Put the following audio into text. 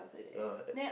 ya